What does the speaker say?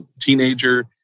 teenager